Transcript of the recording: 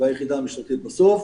והיחידה המשטרתית כי בסוף